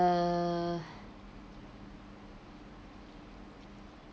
uh